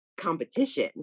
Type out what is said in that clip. competition